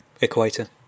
equator